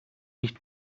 nicht